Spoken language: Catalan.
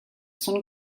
són